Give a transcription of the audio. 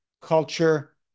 culture